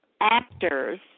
actors